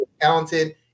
talented